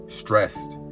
stressed